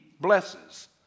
blesses